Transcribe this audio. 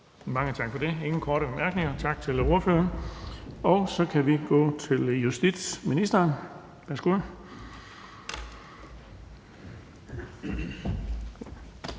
Mange tak for det. Der er ingen korte bemærkninger. Tak til ordføreren. Så kan vi gå til justitsministeren. Værsgo.